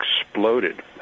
exploded